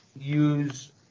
use